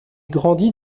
grandit